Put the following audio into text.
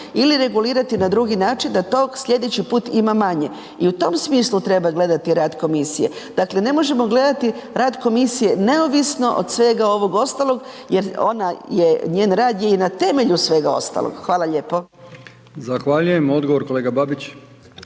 ili regulirati na drugi način da tog sljedeći put ima manje. I u tom smislu treba gledati rad komisije. Dakle ne možemo gledati rad komisije neovisno od svega ovog ostalog jer ona je, njen rad je i na temelju svega ostalog. Hvala lijepo. **Brkić, Milijan (HDZ)** Zahvaljujem. Odgovor kolega Babić.